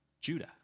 Judah